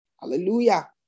Hallelujah